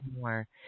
more